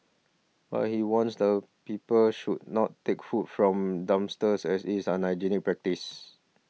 but he warns that people should not take food from dumpsters as it is an unhygienic practice